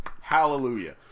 hallelujah